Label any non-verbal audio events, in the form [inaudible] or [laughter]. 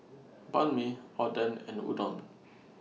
[noise] Banh MI Oden and Udon [noise]